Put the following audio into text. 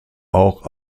auch